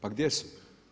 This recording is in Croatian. Pa gdje su?